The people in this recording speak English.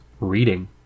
Reading